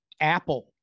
apple